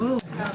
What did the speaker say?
נפל.